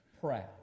proud